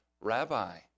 Rabbi